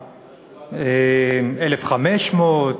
1,500,